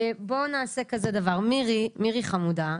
חמודה,